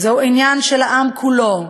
זהו עניין של העם כולו,